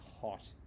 hot